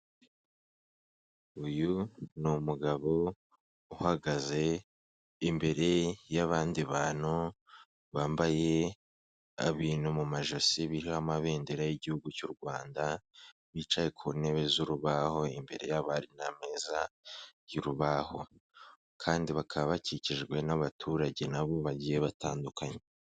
Uyu ni umugabo uhagaze imbere y'abandi bantu bambaye ibintu mu majosi biriho amabendera y'igihugu cy'u Rwanda, bicaye ku ntebe z'urubaho imbere yoabo hari n'ameza y'urubaho, kandi bakaba bakikijwe n'abaturage na bo bagiye batandukanye.